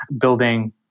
building